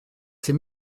ces